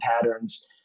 patterns